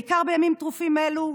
בעיקר בימים טרופים אלה,